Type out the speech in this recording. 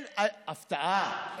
הפתעה.